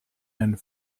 end